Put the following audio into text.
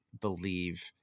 believe